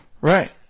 Right